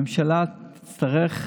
הממשלה תצטרך,